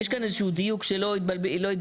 יש כאן איזשהו דיוק שלא יתבלבלו,